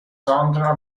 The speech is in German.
sandra